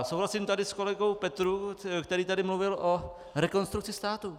Souhlasím tady s kolegou Petrů, který tady mluvil o Rekonstrukci státu.